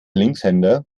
linkshänder